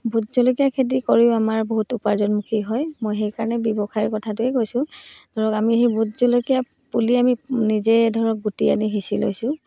vote jolokia খেতি কৰিও আমাৰ বহুত উপাৰ্জনমুখী হয় মই সেইকাৰণে ব্যৱসায়ৰ কথাটোৱে কৈছোঁ ধৰক আমি সেই ভোট জলকীয়া পুলি আমি নিজে ধৰক গুটি আনি সিঁচি লৈছোঁ